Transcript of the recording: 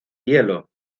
hielo